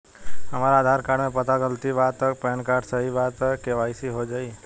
हमरा आधार कार्ड मे पता गलती बा त पैन कार्ड सही बा त के.वाइ.सी हो जायी?